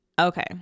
Okay